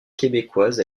québécoise